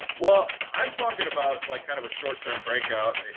well, i'm talking about like kind of a short-term breakout.